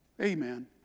Amen